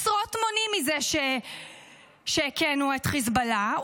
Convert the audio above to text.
עשרות מונים מזה שהכינו את חיזבאללה,